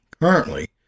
Currently